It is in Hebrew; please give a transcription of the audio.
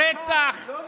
אף אחד לא ביקש, לא ניתן.